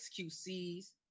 XQC's